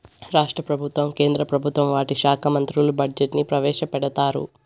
రాష్ట్ర ప్రభుత్వం కేంద్ర ప్రభుత్వం వాటి శాఖా మంత్రులు బడ్జెట్ ని ప్రవేశపెడతారు